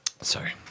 Sorry